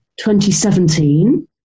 2017